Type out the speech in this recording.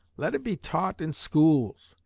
let it be taught in schools,